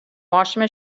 washing